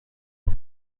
por